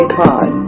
pod